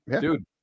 Dude